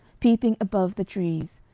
peeping above the trees,